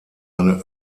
eine